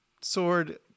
Sword